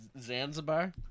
Zanzibar